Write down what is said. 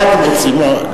מה אתם רוצים?